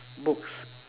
books